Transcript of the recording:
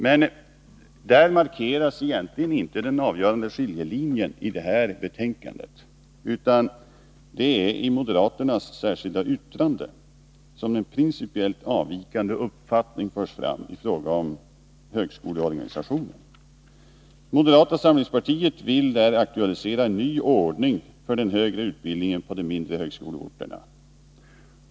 Men där markeras egentligen inte den avgörande skiljelinjen i det här betänkandet, utan det är i det moderata särskilda yttrandet som en principiellt avvikande uppfattning förs fram i fråga om högskoleorganisationen. Moderata samlingspartiet vill där aktualisera en ny ordning för den högre utbildningen på de mindre högskoleorterna.